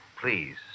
please